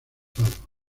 alzado